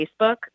Facebook